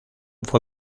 fue